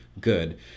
good